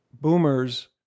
boomers